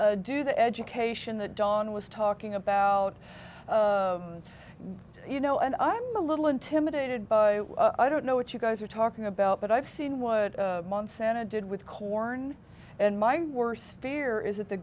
do the education that don was talking about out you know and i'm a little intimidated by i don't know what you guys are talking about but i've seen what months and i did with corn and my worst fear is that the